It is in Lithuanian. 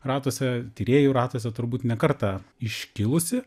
ratuose tyrėjų ratuose turbūt ne kartą iškilusi